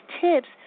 tips